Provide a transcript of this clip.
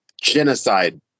genocide